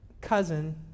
cousin